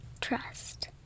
trust